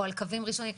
או על קווים ראשונים,